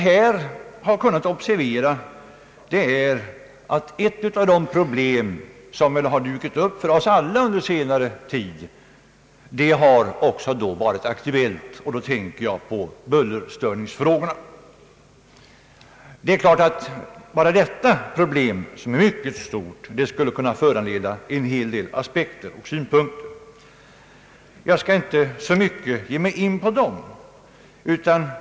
Ett för oss alla aktuellt problem har i detta sammanhang också tagits upp till behandling, nämligen bullerstörningarna. Bara detta problem, som är mycket stort, skulle i och för sig kunna föranleda åtskilliga aspekter och synpunkter. Jag skall emellertid inte gå närmare in på den frågan.